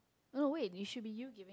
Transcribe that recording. no no wait it should be you giving